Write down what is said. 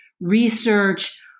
research